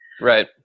right